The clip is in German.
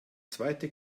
zweite